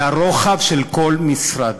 לרוחב של כל משרד.